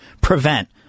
prevent